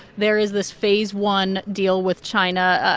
there is this phase one deal with china,